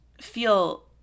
feel